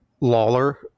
Lawler